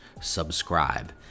subscribe